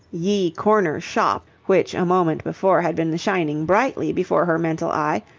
ye corner shoppe, which a moment before had been shining brightly before her mental eye,